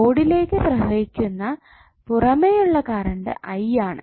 ലോഡിലേക് പ്രവഹിക്കുന്ന പുറമേയുള്ള current I ആണ്